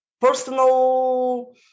personal